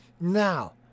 Now